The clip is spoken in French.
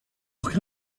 quelle